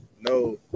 no